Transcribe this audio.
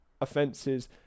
offences